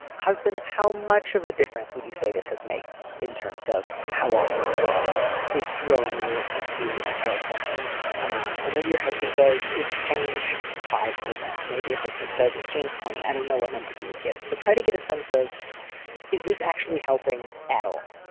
husband, how much of a difference would you say this has made in terms of how often the dog is throwing you into a tailspin um and maybe your husband says it's changed five percent, maybe your husband says it's changed twenty. i don't know what number he would give, but try to get a sense of is this actually helping at all?